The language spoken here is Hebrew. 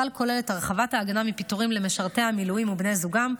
הסל כולל את הרחבת ההגנה מפיטורים למשרתי המילואים ובני זוגם,